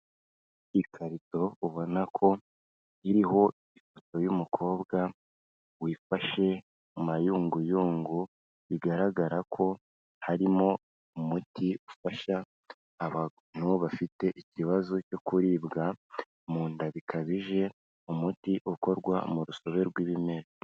Ikarito ubona ko iriho ifoto y'umukobwa wifashe mu mayunguyungu, bigaragara ko harimo umuti ufasha abantu bafite ikibazo cyo kuribwa mu nda bikabije, umuti ukorwa mu rusobe rw'ibimera.